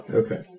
okay